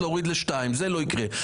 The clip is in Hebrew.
להוריד לשתיים' זה לא יקרה.